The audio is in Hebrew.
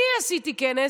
אני עשיתי כנס,